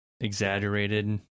exaggerated